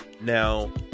Now